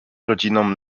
rodzinom